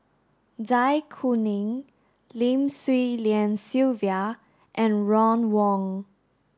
Zai Kuning Lim Swee Lian Sylvia and Ron Wong